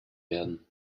werden